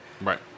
right